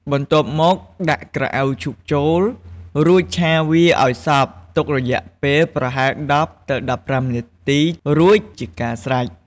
បន្ទាប់មកដាក់ក្រអៅឈូកចូល រួចឆាវាអោយសព្វ ទុករយៈពេលប្រហែល ១០ ទៅ ១៥ នាទីរួចជាការស្រេច។